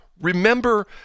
Remember